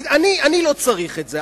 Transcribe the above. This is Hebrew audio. אני לא צריך את זה,